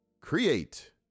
create